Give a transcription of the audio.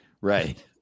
right